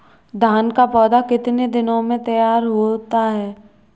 धान का पौधा कितने दिनों में तैयार होता है?